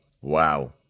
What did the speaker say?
Wow